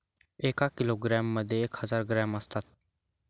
एका किलोग्रॅम मध्ये एक हजार ग्रॅम असतात